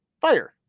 fire